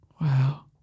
wow